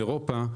אירופה,